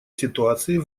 ситуации